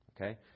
Okay